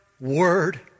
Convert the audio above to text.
word